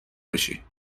باشی